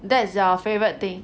that's your favourite thing